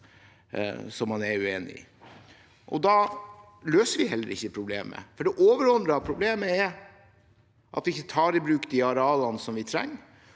som man er uenig i. Da løser vi heller ikke problemet, for det overordnede problemet er at vi ikke tar i bruk de arealene vi trenger,